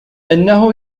إنه